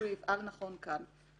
שהוא יפעל נכון כאן.